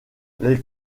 les